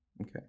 okay